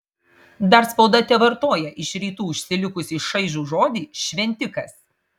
dar spauda tevartoja iš rytų užsilikusį šaižų žodį šventikas